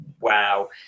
wow